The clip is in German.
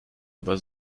aber